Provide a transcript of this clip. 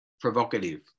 provocative